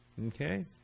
Okay